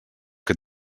que